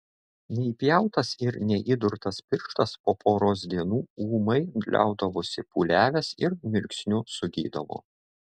neįpjautas ir neįdurtas pirštas po poros dienų ūmai liaudavosi pūliavęs ir mirksniu sugydavo